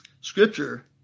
Scripture